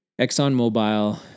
ExxonMobil